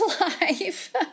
life